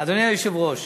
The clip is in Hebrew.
אדוני היושב-ראש,